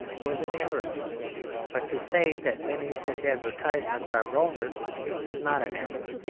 was in error but to say that many such advertisements are vulgar is not an error.